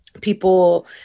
people